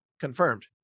confirmed